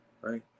right